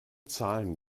zahlen